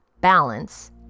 balance